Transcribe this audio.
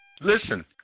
Listen